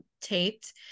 taped